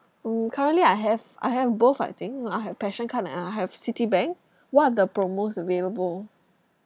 mm currently I have I have both I think I have passion card and I have citibank what are the promos available